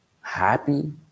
happy